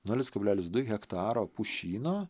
nulis kablelis du hektaro pušyno